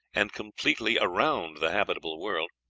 and completely around the habitable world,